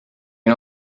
can